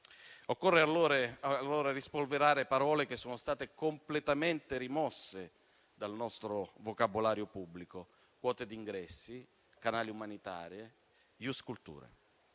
Occorre allora rispolverare parole che sono state completamente rimosse dal nostro vocabolario pubblico: quote di ingressi, canali umanitari, *ius culturae*.